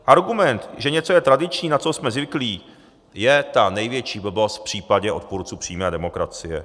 Argument, že něco je tradiční, na co jsme zvyklí, je ta největší blbost v případě odpůrců přímé demokracie.